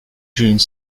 june